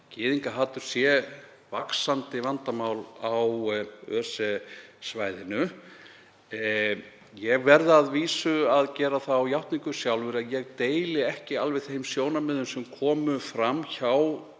gyðingahatur væri vaxandi vandamál á ÖSE-svæðinu. Ég verð að vísu að gera þá játningu sjálfur að ég deili ekki alveg þeim sjónarmiðum sem komu fram hjá